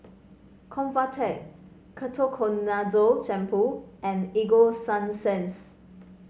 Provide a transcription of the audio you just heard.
Convatec Ketoconazole Shampoo and Ego Sunsense